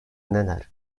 neler